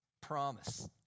Promise